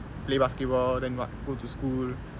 play basketball then what go to school